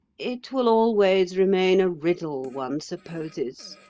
it will always remain a riddle, one supposes,